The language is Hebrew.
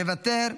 מוותר,